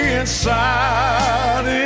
inside